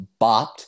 bopped